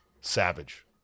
Savage